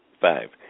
Five